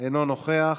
אינו נוכח.